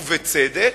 ובצדק,